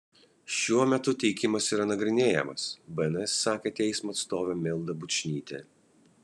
šiuo metu teikimas yra nagrinėjamas bns sakė teismo atstovė milda bučnytė